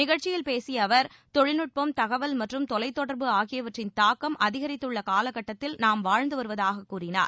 நிகழ்ச்சியில் பேசிய அவர் தொழில்நுட்பம் தகவல் மற்றும் தொலைத்தொடர்பு ஆகியவற்றின் தாக்கம் அதிகரித்துள்ள காலகட்டத்தில் நாம் வாழ்ந்து வருவதாக கூறினார்